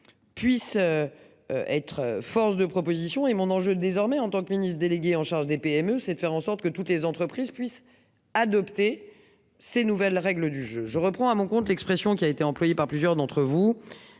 Puissent. Être force de proposition et mon ange désormais en tant que ministre déléguée en charge des PME, c'est de faire en sorte que toutes les entreprises puissent adopter. Ces nouvelles règles du. Je reprends à mon compte l'expression qui a été employé par plusieurs d'entre vous.